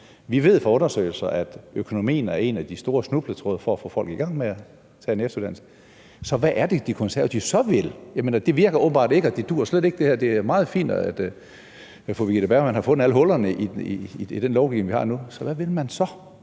Vi ved fra undersøgelser, at økonomien er en af de store snubletråde for at få folk i gang med at tage en efteruddannelse, så hvad er det, De Konservative vil? Det her virker åbenbart ikke, og det duer slet ikke. Det er meget fint, at fru Birgitte Bergman har fundet alle hullerne i den lovgivning, vi har nu, men hvad vil man så?